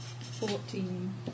Fourteen